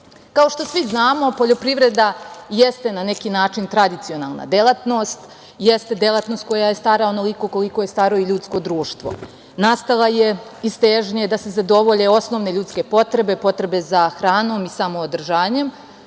što svi znamo, poljoprivreda jeste na neki način tradicionalna delatnost, jeste delatnost koja je stara onoliko koliko je staro i ljudsko društvo. Nastala je iz težnje da se zadovolje osnovne ljudske potrebe, potrebe za hranom i samoodržanjem,